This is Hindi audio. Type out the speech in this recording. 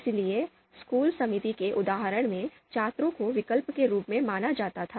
इसलिए स्कूल समिति के उदाहरण में छात्रों को विकल्प के रूप में माना जाता था